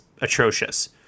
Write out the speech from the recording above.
atrocious